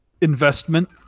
investment